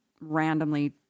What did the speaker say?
randomly